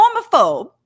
homophobe